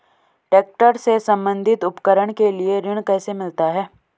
Tractor से संबंधित उपकरण के लिए ऋण कैसे मिलता है?